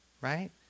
Right